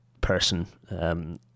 person